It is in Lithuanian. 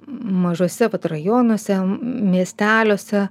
mažuose vat rajonuose miesteliuose